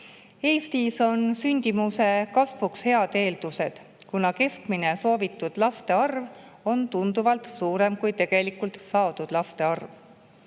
Eestis on sündimuse kasvuks head eeldused, kuna keskmine soovitud laste arv on tunduvalt suurem kui tegelikult saadud laste arv.